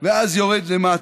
ואז יורד למטה.